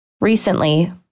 Recently